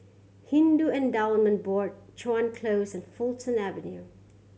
Hindu Endowment Board Chuan Close and Fulton Avenue